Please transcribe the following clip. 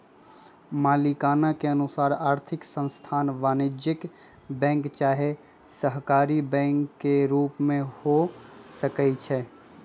मलिकाना के अनुसार आर्थिक संस्थान वाणिज्यिक बैंक चाहे सहकारी बैंक के रूप में हो सकइ छै